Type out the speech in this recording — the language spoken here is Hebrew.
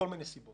מכל מיני סיבות.